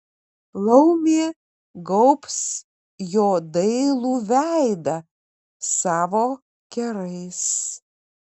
laumė gaubs jo dailų veidą savo kerais